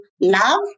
love